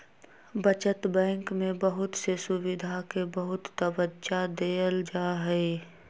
बचत बैंक में बहुत से सुविधा के बहुत तबज्जा देयल जाहई